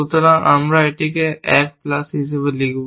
সুতরাং আমি এটিকে 1 প্লাস হিসাবে লিখব